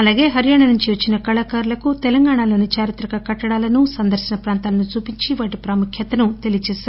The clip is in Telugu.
అలాగే హర్యానా నుంచి వచ్చిన కళాకారులకు తెలంగాణలోని చారిత్రక కట్టడాలను ఇతర సందర్శన ప్రాంతాలను చూపించి వాటి ప్రాముఖ్యతను తెలియచేశారు